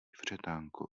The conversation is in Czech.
vřetánko